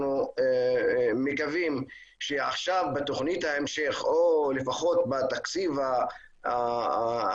אנחנו מקווים שעכשיו בתוכנית ההמשך או לפחות בתקציב 2020,